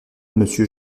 monsieur